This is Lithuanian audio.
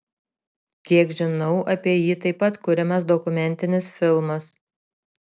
kiek žinau apie jį taip pat kuriamas dokumentinis filmas